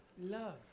love